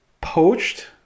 poached